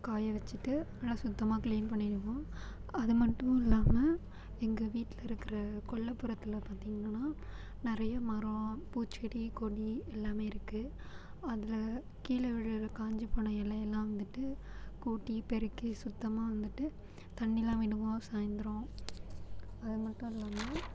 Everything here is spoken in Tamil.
காய வச்சிட்டு நல்லா சுத்தமாக கிளீன் பண்ணிடுவோம் அது மட்டும் இல்லாமல் எங்கள் வீட்டில இருக்கிற கொல்லப்புறத்தில் பார்த்தீங்கன்னா நிறைய மரம் பூச்செடி கொடி எல்லாமே இருக்குது அதில் கீழே விழுகிற காஞ்சு போன இலையெல்லாம் வந்துட்டு கூட்டி பெருக்கி சுத்தமாக வந்துட்டு தண்ணிலாம் விடுவோம் சாய்ந்தரம் அது மட்டும் இல்லாமல்